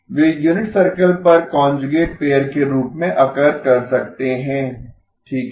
वे unit circle पर conjugate pair के रूप में अकर कर सकते हैं ठीक है